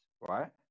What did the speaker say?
right